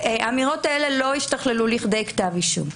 שלא השתכללה לכדי כתב אישום.